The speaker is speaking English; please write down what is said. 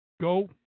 go